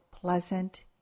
pleasant